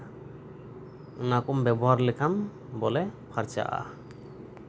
ᱚᱱᱟ ᱠᱚᱢ ᱵᱮᱵᱚᱦᱟᱨ ᱞᱮᱠᱷᱟᱱ ᱵᱚᱞᱮ ᱯᱷᱟᱨᱪᱟᱜᱼᱟ